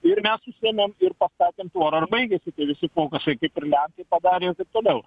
ir mes susiėmėm ir pastatėm tvorą ir baigėsi visi fokusai kaip ir lenkai padarė toliau